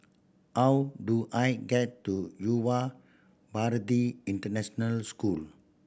how do I get to Yuva Bharati International School